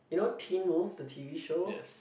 you know Teen Wolf the T_V show